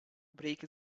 break